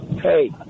Hey